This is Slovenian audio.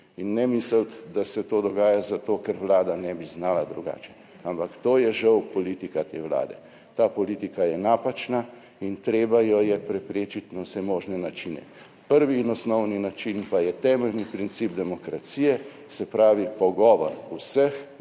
in ne misliti, da se to dogaja zato, ker Vlada ne bi znala drugače. Ampak to je žal politika te Vlade, ta politika je napačna in treba jo je preprečiti na vse možne načine. Prvi in osnovni način pa je temeljni princip demokracije, se pravi pogovor vseh